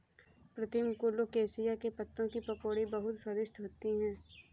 प्रीतम colocasia के पत्तों की पकौड़ी बहुत स्वादिष्ट होती है